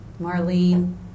Marlene